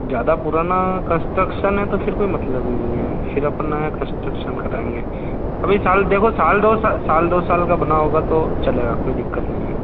ज़्यादा पुराना कंस्ट्रक्नस है तो फिर कोई मतलब नहीं है फिर अपन नया कंस्ट्रक्नस कराएँगे अभी साल देखो साल दो साल साल दो साल का बना होगा तो चलेगा कोई दिक्कत नहीं है